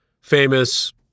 famous